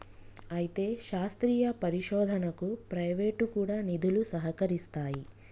అయితే శాస్త్రీయ పరిశోధనకు ప్రైవేటు కూడా నిధులు సహకరిస్తాయి